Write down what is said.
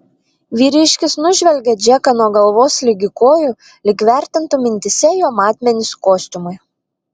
vyriškis nužvelgė džeką nuo galvos ligi kojų lyg vertintų mintyse jo matmenis kostiumui